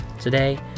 today